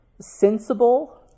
sensible